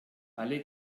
alle